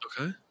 Okay